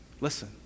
Listen